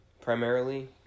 primarily